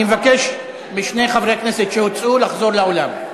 אני מבקש משני חברי הכנסת שהוצאו, לחזור לאולם.